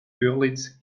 görlitz